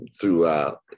throughout